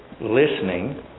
listening